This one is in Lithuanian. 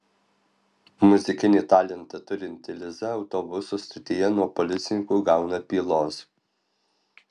muzikinį talentą turinti liza autobusų stotyje nuo policininkų gauna pylos